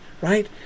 right